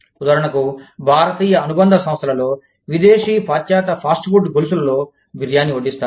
ఉదాహరణకు భారతీయ అనుబంధ సంస్థలలో విదేశీ పాశ్చాత్య ఫాస్ట్ ఫుడ్ గొలుసులలో బిర్యానీ వడ్డిస్తారు